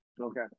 Okay